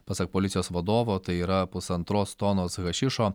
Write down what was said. pasak policijos vadovo tai yra pusantros tonos hašišo